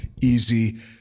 Easy